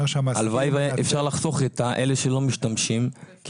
הלוואי שהיה אפשר לחסוך את אלה שלא משתמשים כי